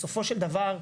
בסופו של דבר,